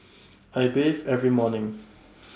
I bathe every morning